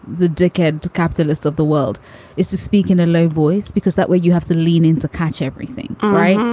the dickered capitalists of the world is to speak in a low voice, because that way you have to lean in to catch everything. all right.